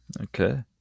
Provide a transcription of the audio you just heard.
Okay